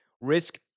risk